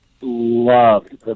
loved